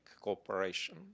cooperation